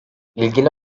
i̇lgili